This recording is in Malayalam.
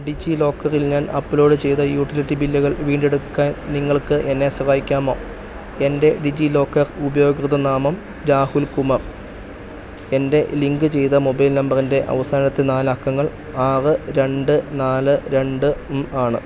ഡിജിലോക്കറിൽ ഞാൻ അപ്ലോഡ് ചെയ്ത യൂട്ടിലിറ്റി ബില്ലുകൾ വീണ്ടെടുക്കാൻ നിങ്ങൾക്കെന്നെ സഹായിക്കാമോ എൻ്റെ ഡിജിലോക്കർ ഉപയോക്തൃനാമം രാഹുൽ കുമാർ എൻ്റെ ലിങ്ക് ചെയ്ത മൊബൈൽ നമ്പറിൻ്റെ അവസാനത്തെ നാലക്കങ്ങൾ ആറ് രണ്ട് നാല് രണ്ട് ആണ്